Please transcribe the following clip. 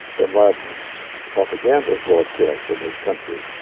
bin laden's propaganda broadcast in this country.